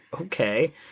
okay